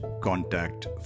contact